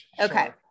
Okay